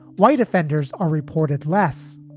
white offenders are reported less